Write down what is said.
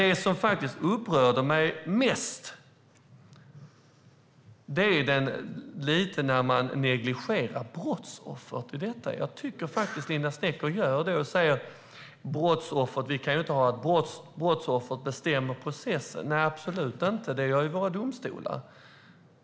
Det som faktiskt upprör mig mest är dock när man negligerar brottsoffret i detta. Jag tycker faktiskt att Linda Snecker gör det när hon säger att vi inte kan ha det så att brottsoffret bestämmer processen. Nej, absolut inte - det gör ju våra domstolar.